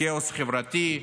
לכאוס חברתי,